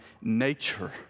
nature